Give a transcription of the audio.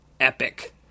epic